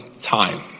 time